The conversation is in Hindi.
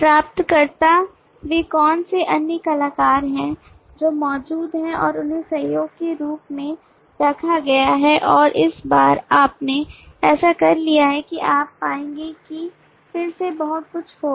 प्राप्तकर्ता वे कौन से अन्य कलाकार हैं जो मौजूद हैं और उन्हें सहयोगी के रूप में रखा गया है और एक बार आपने ऐसा कर लिया है कि आप पाएंगे कि फिर से बहुत कुछ होगा